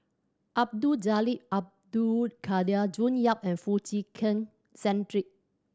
Abdul Jalil Abdul Kadir June Yap and Foo Chee Keng Cedric